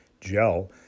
gel